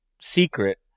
secret